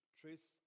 truth